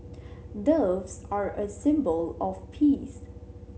doves are a symbol of peace